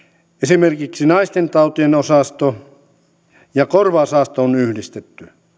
esimerkiksi naistentautien osasto ja korvaosasto on yhdistetty